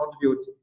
contribute